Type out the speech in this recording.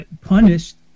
punished